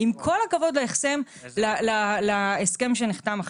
עם כל הכבוד להסכם שנחתם עכשיו.